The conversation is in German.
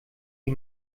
die